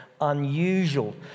unusual